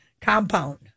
compound